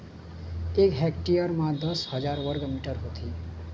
एक हेक्टेयर म दस हजार वर्ग मीटर होथे